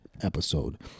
episode